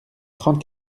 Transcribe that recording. trente